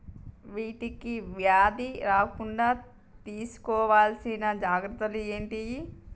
వీటికి వ్యాధి రాకుండా తీసుకోవాల్సిన జాగ్రత్తలు ఏంటియి?